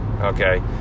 Okay